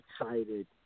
excited